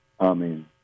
Amen